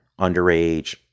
underage